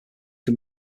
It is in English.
can